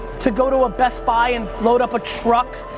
to go to a best buy and load up a truck.